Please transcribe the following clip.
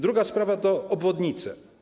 Druga sprawa to obwodnice.